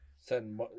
send